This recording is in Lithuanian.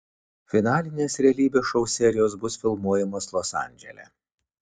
finalinės realybės šou serijos bus filmuojamos los andžele